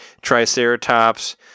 triceratops